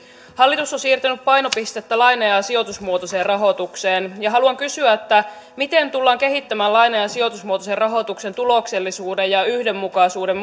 hallitus on siirtänyt painopistettä laina ja ja sijoitusmuotoiseen rahoitukseen ja haluan kysyä miten tullaan kehittämään laina ja ja sijoitusmuotoisen rahoituksen tuloksellisuuden ja yhdenmukaisuuden